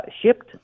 shipped